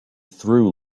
through